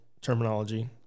terminology